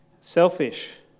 selfish